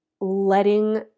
letting